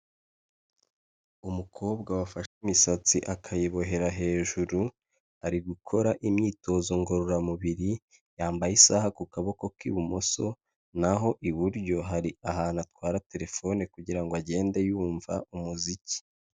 Umukobwa wafashe imisatsi akayibohera hejuru, ari gukora imyitozo ngororamubiri, yambaye isaha ku kaboko kw'ibumoso, naho iburyo hari ahantu atwara telefone kugira ngo agende yumva umuziki.